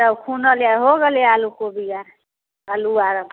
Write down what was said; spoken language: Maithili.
सब खुनल अइ हो गेलै आलू कोबी आओर अल्लू आओर